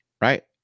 right